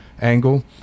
angle